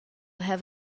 have